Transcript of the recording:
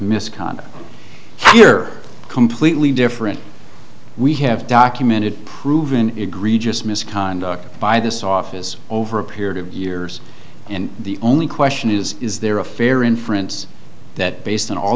misconduct here completely different we have documented proven egregious misconduct by this office over a period of years and the only question is is there a fair inference that based on all